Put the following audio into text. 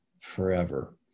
forever